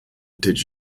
did